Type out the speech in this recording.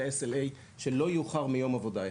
ל-SLA שלא יאוחר מיום עבודה אחד.